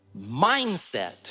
mindset